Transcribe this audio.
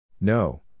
No